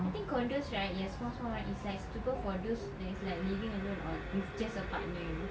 I think condos right the small small ones is like suitable for those that is like living alone or with just a partner you know